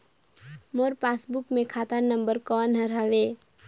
मोर passbook मे खाता number कोन हर हवे?